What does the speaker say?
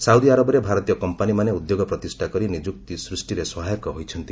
ସାଉଦିଆରବରେ ଭାରତୀୟ କମ୍ପାନିମାନେ ଉଦ୍ୟୋଗ ପ୍ରତିଷ୍ଠା କରି ନିଯୁକ୍ତି ସୃଷ୍ଟିରେ ସହାୟକ ହୋଇଛନ୍ତି